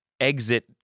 exit